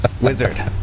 Wizard